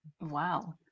wow